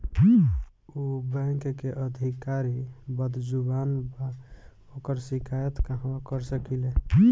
उ बैंक के अधिकारी बद्जुबान बा ओकर शिकायत कहवाँ कर सकी ले